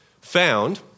found